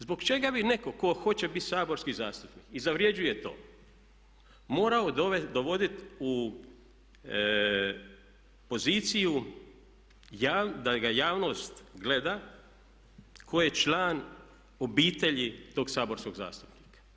Zbog čega bi netko tko hoće bit saborski zastupnik i zavrjeđuje to morao dovodit u poziciju da ga javnost gleda tko je član obitelji tog saborskog zastupnika.